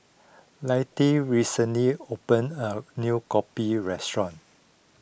Liddie recently opened a new Kopi Restaurant